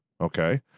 Okay